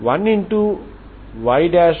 cos nπLx మరియు ఇది ప్రతి n 0123